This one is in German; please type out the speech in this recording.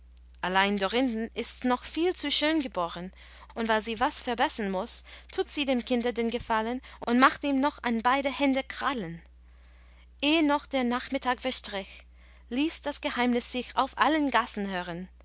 allein dorinden ists noch viel zu schön geboren und weil sie was verbessern muß tut sie dem kinde den gefallen und macht ihm noch an beide hände krallen eh noch der nachmittag verstrich ließ das geheimnis sich auf allen gassen hören